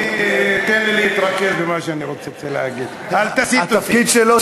תן לי להתרכז במה שאני רוצה להגיד, אל תסיט אותי.